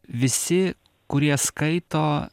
visi kurie skaito